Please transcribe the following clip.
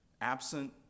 Absent